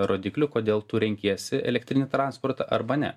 rodiklių kodėl tu renkiesi elektrinį transportą arba ne